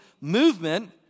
movement